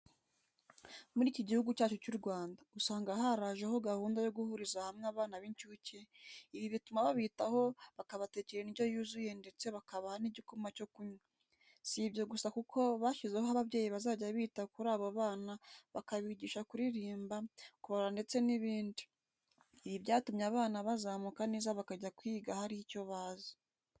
Muri iki Gihugu cyacu cy'u Rwanda, usanga harajeho gahunda yo guhuriza hamwe abana b'incuke, ibi bituma babitaho bakabatekera indyo yuzuye ndetse bakabaha n'igikoma cyo kunywa, si ibyo gusa kuko bashyizeho ababyeyi bazajya bita kuri abo bana bakabigisha kuririmba, kubara ndetse n'ibindi, ibi byatumye abana bazamuka neza bakajya kwiga hari icyo bazi.